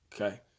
Okay